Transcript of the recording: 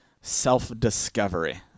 self-discovery